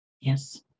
yes